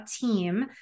team